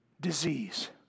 disease